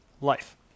life